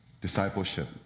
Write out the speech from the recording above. discipleship